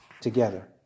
together